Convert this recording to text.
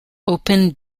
open